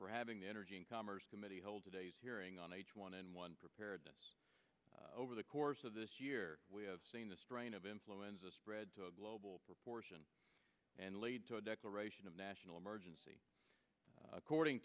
for having the energy and commerce committee held today on h one n one prepared over the course of this year we have seen the strain of influenza spread to a global proportion and lead to a declaration of national emergency according